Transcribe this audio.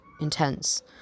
intense